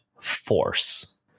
force